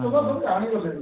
ଲୋକ ସବୁ ଜାଣି ଗଲେଣି ହେଲା